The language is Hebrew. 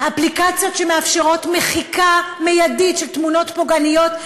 אפליקציות שמאפשרות מחיקה מיידית של תמונות פוגעניות.